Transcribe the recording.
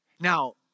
now